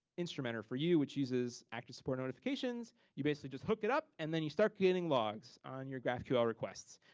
instrumenter for you which uses active support notifications. you basically just hook it up, and then you start getting logs on your graphql requests.